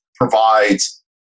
provides